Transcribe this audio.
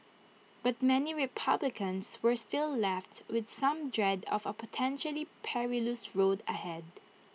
but many republicans were still left with some dread of A potentially perilous road ahead